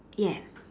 ya